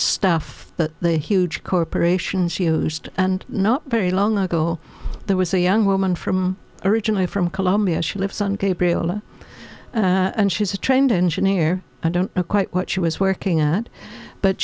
stuff that the huge corporations used and not very long ago there was a young woman from originally from colombia she lives on cape ala and she's a trained engineer i don't know quite what she was working at but